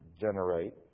generate